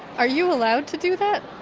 are you allowed to do that?